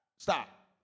stop